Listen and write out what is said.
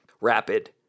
rapid